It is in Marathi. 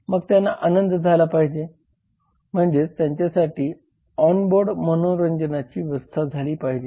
मग त्यांना आनंद झाला पाहिजे म्हणेजच त्यांच्यासाठी ऑन बोर्ड मनोरंजनाची व्यवस्था झाली पाहिजे